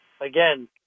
again